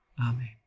amen